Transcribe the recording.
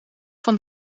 van